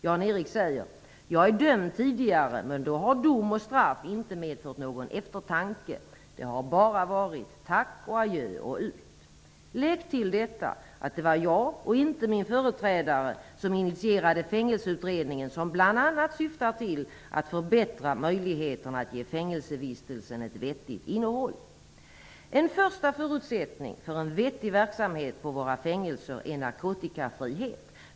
Jan Erik säger: "Jag är dömd tidigare, men då har dom och straff inte medfört någon eftertanke. Det har bara varit ́tack och adjö och ut ́." Lägg till detta att det var jag och inte min företrädare som initierade Fängelseutredningen, som bl.a. syftar till att förbättra möjligheterna att ge fängelsevistelsen ett vettigt innehåll.